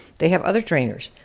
they have other trainers.